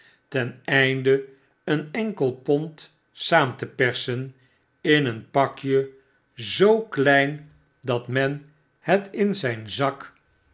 ten einde een enkel pond saam te persen in een pakje zoo klein dat men het in zgn zak